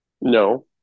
No